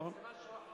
זה משהו אחר.